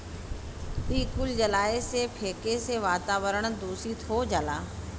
इ कुल जलाए से, फेके से वातावरन दुसित हो जाला